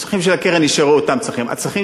הצרכים של הקרן נשארו אותם צרכים,